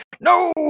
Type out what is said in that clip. no